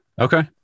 okay